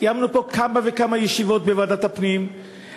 קיימנו פה כמה וכמה ישיבות בוועדת הפנים,